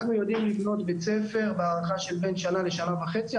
אנחנו יודעים לבנות בית ספר בהערכה של בין שנה לשנה וחצי.